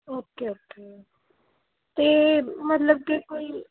okay okay ਅਤੇ ਮਤਲਬ ਕਿ ਕੋਈ